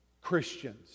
Christians